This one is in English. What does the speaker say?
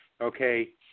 okay